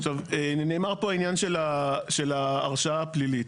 עכשיו, נאמר פה העניין של ההרשעה הפלילית.